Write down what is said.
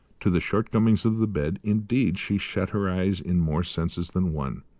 to the shortcomings of the bed, indeed, she shut her eyes in more senses than one,